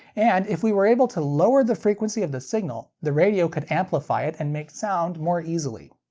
and if we were able to lower the frequency of the signal, the radio could amplify it and make sound more easily.